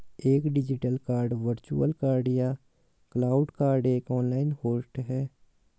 एक digital card virtual card या cloud card एक ऑनलाइन होस्ट है